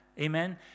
Amen